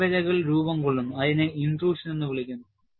താഴ്വരകൾ രൂപം കൊള്ളുന്നു അതിനെ ഇന്റട്രൂഷൻ എന്ന് വിളിക്കുന്നു